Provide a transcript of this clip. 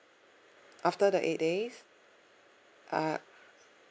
after the eight days uh